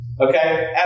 okay